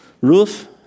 roof